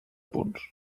punts